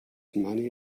money